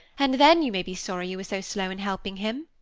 and then you may be sorry you were so slow in helping him.